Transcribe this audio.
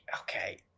okay